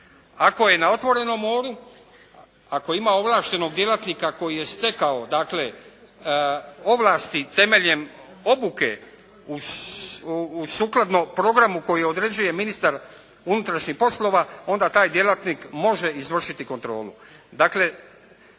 Ako je na otvorenom moru, ako ima ovlaštenog djelatnika koji je stekao dakle ovlasti temeljem obuke u sukladno programu koji određuje ministar unutrašnjih poslova onda taj djelatnik može izvršiti kontrolu.